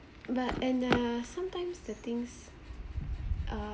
but and uh sometimes the things uh